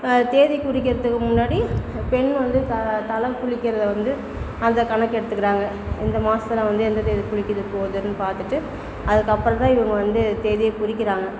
தேதி குறிக்கிறதுக்கு முன்னாடி பெண் வந்து தா தலை குளிக்கிறதை வந்து அந்த கணக்கு எடுத்துக்கிறாங்க இந்த மாசத்தில் வந்து எந்த தேதி குளிக்கிது போகுதுன்னு பார்த்துட்டு அதுக்கப்புறந்தான் இவங்க வந்து தேதியே குறிக்கிறாங்க